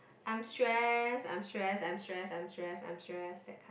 I'm stress I'm stress I'm stress I'm stress I'm stress that kind